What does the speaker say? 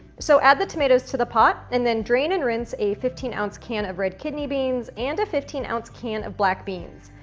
so add the tomatoes to the pot, and then drain and rinse a fifteen ounce can of red kidney beans and a fifteen ounce can of black beans,